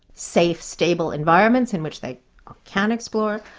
safe, stable environments in which they can explore.